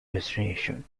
destination